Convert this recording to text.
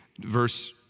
Verse